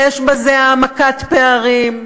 יש בזה העמקת פערים.